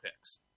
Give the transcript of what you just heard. picks